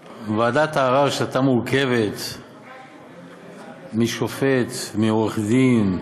הערר, שהייתה מורכבת משופט, מעורך-דין,